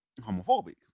homophobic